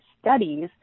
studies